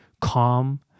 calm